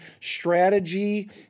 strategy